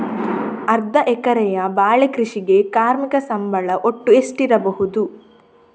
ಅರ್ಧ ಎಕರೆಯ ಬಾಳೆ ಕೃಷಿಗೆ ಕಾರ್ಮಿಕ ಸಂಬಳ ಒಟ್ಟು ಎಷ್ಟಿರಬಹುದು?